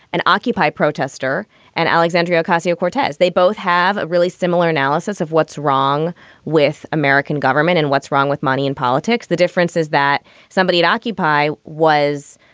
an occupy protester and alexandria castillo cortez. they both have a really similar analysis of what's wrong with american government and what's wrong with money and politics. the difference is that somebody at occupy was,